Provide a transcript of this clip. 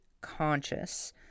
conscious